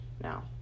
now